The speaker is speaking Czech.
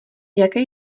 jaké